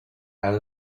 out